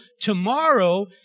tomorrow